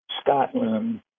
Scotland